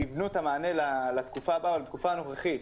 ייבנו את המענה לתקופה הבאה ולתקופה הנוכחית,